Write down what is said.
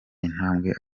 intambwe